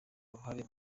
uruhare